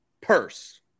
purse